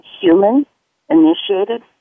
human-initiated